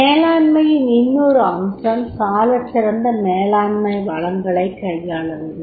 மேலாண்மை யின் இன்னொரு அம்சம் சாலச்சிறந்த மேலாண்மை வளங்களைக் கையாளுவது